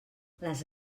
les